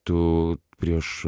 tu prieš